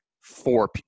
four